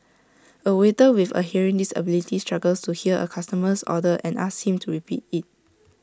A waiter with A hearing disability struggles to hear A customer's order and asks him to repeat IT